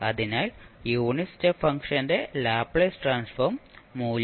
അതിനാൽ unit step ഫംഗ്ഷന്റെ Laplace transform മൂല്യം